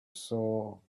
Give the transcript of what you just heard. saw